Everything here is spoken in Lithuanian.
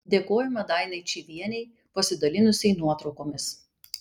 dėkojame dainai čyvienei pasidalinusiai nuotraukomis